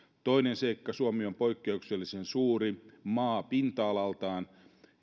toinen seikka suomi on poikkeuksellisen suuri maa pinta alaltaan